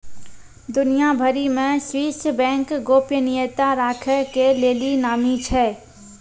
दुनिया भरि मे स्वीश बैंक गोपनीयता राखै के लेली नामी छै